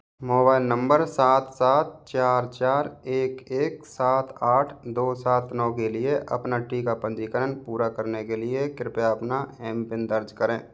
mobile नम्बर सात सात चार चार एक एक सात आठ दो सात नौ के लिए अपना टीका पंजीकरण पूरा करने के लिए कृपया अपना एम पिन दर्ज करें